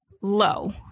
low